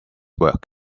work